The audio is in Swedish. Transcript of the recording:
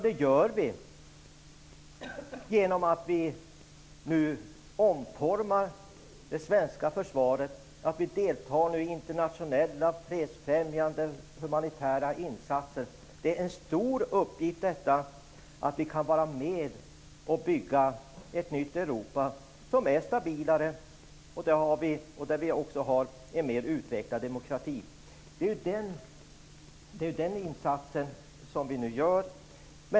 Det gör vi genom att omforma det svenska försvaret, genom att delta i internationella, fredsfrämjande, humanitära insatser. Det är en stor uppgift att vara med och bygga ett nytt Europa, som är stabilare och där vi har en mer utvecklad demokrati. Den insatsen gör vi nu.